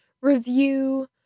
review